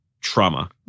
trauma